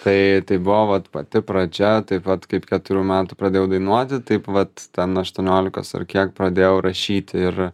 tai tai buvo vat pati pradžia taip vat kaip keturių metų pradėjau dainuoti taip vat ten aštuoniolikos ar kiek pradėjau rašyti ir